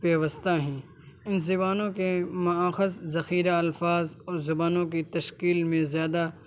پیوستہ ہیں ان زبانوں کے مآخذ ذخیرہ الفاظ اور زبانون کی تشکیل میں زیادہ